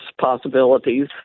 possibilities